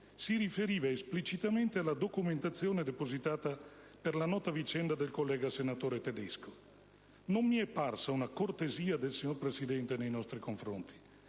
(si riferiva esplicitamente alla documentazione depositata per la nota vicenda del senatore Tedesco). Non mi è parsa una cortesia del signor Presidente nei nostri confronti.